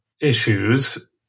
issues